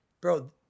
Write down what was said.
bro